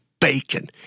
bacon